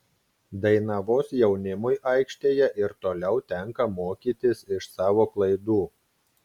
dainavos jaunimui aikštėje ir toliau tenka mokytis iš savo klaidų